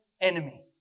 enemy